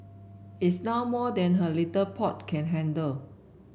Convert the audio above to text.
it's now more than her little pot can handle